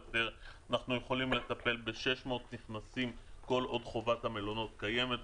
יכולים לטפל ב-600 נכנסים כל עוד חובת המלונות קיימת.